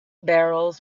barrels